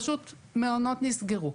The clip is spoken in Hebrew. פשוט, מעונות נסגרו.